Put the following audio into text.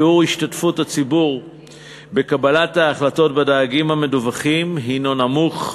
שיעור השתתפות הציבור בקבלת ההחלטות בדרגים המדווחים הנו נמוך.